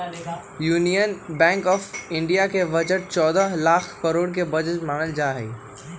union Bank of India के budget चौदह लाख करोड के बजट मानल जाहई